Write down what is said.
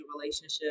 relationship